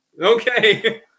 Okay